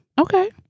Okay